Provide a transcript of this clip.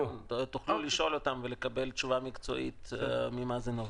תוכלו לשאול אותם ולקבל תשובה מקצועית ממה זה נובע.